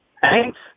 Thanks